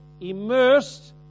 immersed